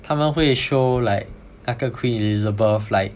他们会 show like 那个 Queen Elizabeth like